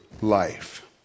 life